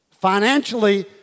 Financially